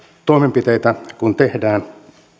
toimenpiteitä kuin tehdään